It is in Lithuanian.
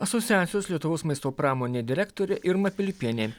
asociacijos lietuvos maisto pramonė direktorė irma pilypienė